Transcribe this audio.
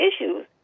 issues